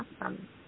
Awesome